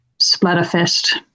splatterfest